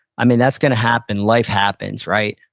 i mean, that's going to happen. life happens, right?